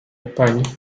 españa